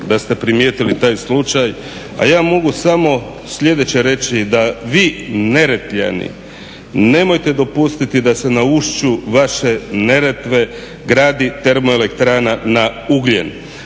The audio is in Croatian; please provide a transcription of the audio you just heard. da ste primijetili taj slučaj. A ja mogu samo sljedeće reći da vi neretljani nemojte dopustiti da se na ušću vaše Neretve gradi termoelektrana na ugljen.